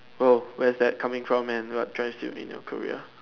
bro where is that coming from man what joins you in your career